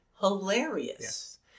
hilarious